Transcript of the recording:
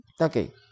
Okay